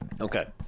okay